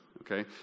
okay